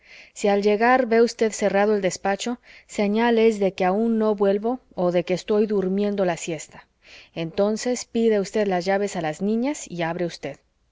si al llegar ve usted cerrado el despacho señal es de que aun no vuelvo o de que estoy durmiendo la siesta entonces pide usted las llaves a las niñas y abre usted